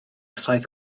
saith